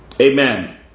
Amen